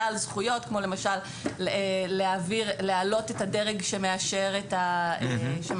על זכויות כמו למשל להעלות את הדרג שמאשר את הפרטים,